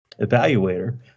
evaluator